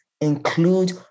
include